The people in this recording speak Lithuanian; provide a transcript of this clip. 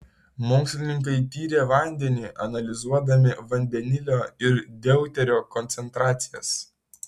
mokslininkai tyrė vandenį analizuodami vandenilio ir deuterio koncentracijas